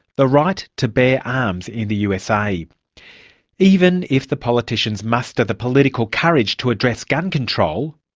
the right to bear arms in the usa even if the politicians muster the political courage to address gun control,